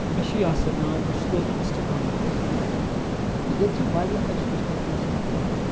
مےٚ چھُ یاسِر ناو بہٕ چھُس روزان ڈِسٹرک گاندَربَلَس مَنٛز ییٚتہِ چھِ واریاہچ